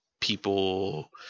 people